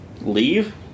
Leave